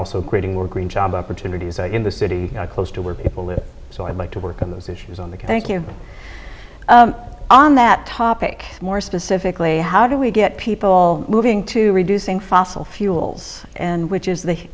also creating more green job opportunities in the city close to where people live so i'd like to work on those issues on that thank you on that topic more specifically how do we get people moving to reducing fossil fuels and which is the